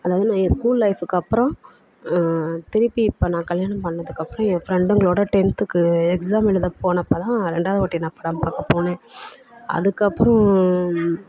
அதாவது நான் என் ஸ்கூல் லைஃப்க்கு அப்புறம் திருப்பி இப்போ நான் கல்யாணம் பண்ணதுக்கு அப்புறம் என் ஃப்ரெண்டுங்களோடு டென்த்துக்கு எக்ஸாம் எழுத போனப்போ தான் ரெண்டாவது வாட்டி நான் படம் பார்க்க போனேன் அதுக்கப்றம்